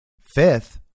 Fifth